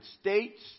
States